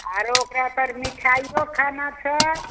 आरो ओकरा पर मिठाइयो खाना छऽ